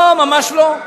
לא, ממש לא.